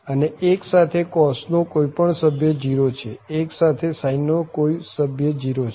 અને 1 સાથે cos નો કોઈ પણ સભ્ય 0 છે 1 સાથે sine નો કોઈ સભ્ય 0 છે